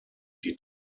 die